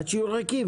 עד שיהיו ריקים.